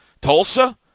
Tulsa